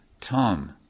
Tom